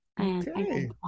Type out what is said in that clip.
okay